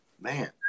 man